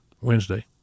Wednesday